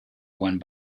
one